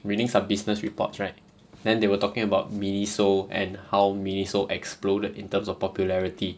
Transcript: reading some business reports right then they were talking about miniso and how miniso exploded in terms of popularity